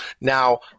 Now